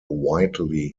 widely